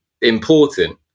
important